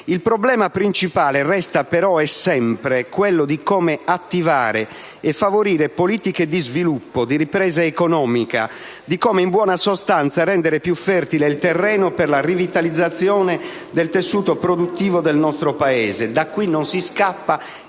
Il problema principale resta però - e sempre - quello di come attivare e favorire politiche di sviluppo e di ripresa economica; di come, in buona sostanza, rendere più fertile il terreno per la rivitalizzazione del tessuto produttivo del nostro Paese. Da qui non si scappa: